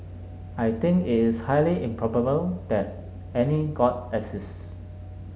I think it is highly improbable that any god exists